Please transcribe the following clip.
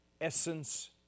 essence